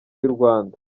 y’urwanda